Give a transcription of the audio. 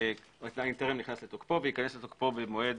הוא טרם נכנס לתוקפו, וייכנס לתוקפו במועד